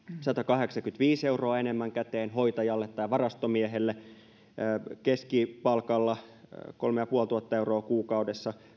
satakahdeksankymmentäviisi euroa enemmän käteen hoitajalle tai varastomiehelle ja keskipalkalla kolmetuhattaviisisataa euroa kuukaudessa